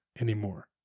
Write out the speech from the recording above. anymore